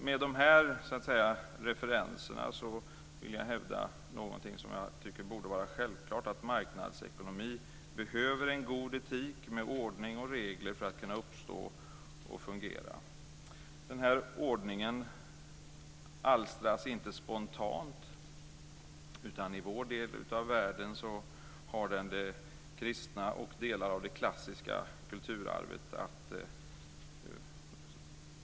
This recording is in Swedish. Med dessa referenser vill jag hävda någonting som jag tycker borde vara självklart. Marknadsekonomi behöver en god etik med ordning och regler för att kunna uppstå och fungera. Denna ordning har inte alstrats spontant. I vår del av världen spårar vi grunden i det kristna och delar av det klassiska kulturarvet.